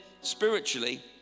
spiritually